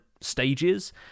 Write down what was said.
stages